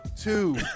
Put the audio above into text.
two